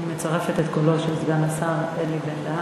אני מצרפת את קולו של סגן השר אלי בן-דהן,